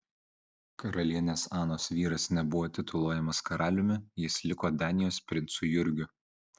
karalienės anos vyras nebuvo tituluojamas karaliumi jis liko danijos princu jurgiu